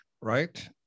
right